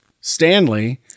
Stanley